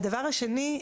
דבר שני,